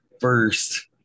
first